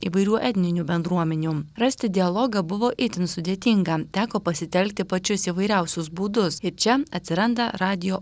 įvairių etninių bendruomenių rasti dialogą buvo itin sudėtinga teko pasitelkti pačius įvairiausius būdus ir čia atsiranda radijo